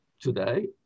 today